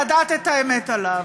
לדעת את האמת עליו.